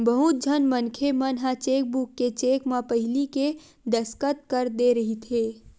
बहुत झन मनखे मन ह चेकबूक के चेक म पहिली ले दस्कत कर दे रहिथे